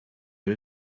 but